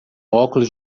óculos